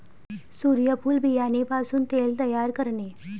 सूर्यफूल बियाणे पासून तेल तयार करणे